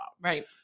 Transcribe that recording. Right